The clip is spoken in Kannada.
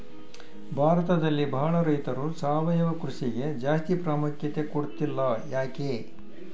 ಭಾರತದಲ್ಲಿ ಬಹಳ ರೈತರು ಸಾವಯವ ಕೃಷಿಗೆ ಜಾಸ್ತಿ ಪ್ರಾಮುಖ್ಯತೆ ಕೊಡ್ತಿಲ್ಲ ಯಾಕೆ?